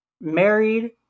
married